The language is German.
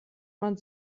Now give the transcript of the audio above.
man